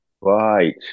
Right